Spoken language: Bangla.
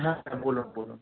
হ্যাঁ হ্যাঁ বলুন বলুন